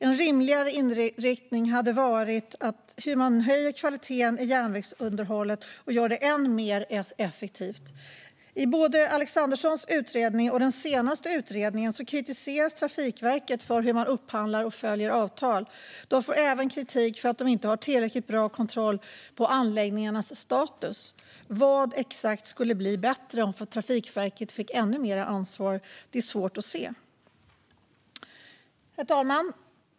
En rimligare inriktning skulle vara hur man höjer kvaliteten i järnvägsunderhållet och gör det än mer effektivt. I både Alexanderssons utredning och den senaste utredningen kritiseras Trafikverket för hur man upphandlar och följer avtal. Man får även kritik för att inte ha tillräckligt bra kontroll på anläggningarnas status. Vad exakt som skulle bli bättre om Trafikverket fick ännu mer ansvar är svårt att se. Herr talman!